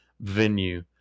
venue